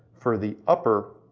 for the upper